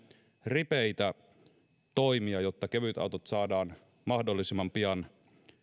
ripeitä toimia jotta kevytautot saadaan mahdollisimman pian